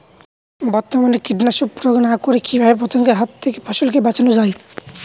বর্তমানে কীটনাশক প্রয়োগ না করে কিভাবে পতঙ্গদের হাত থেকে ফসলকে বাঁচানো যায়?